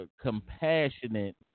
compassionate